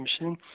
machine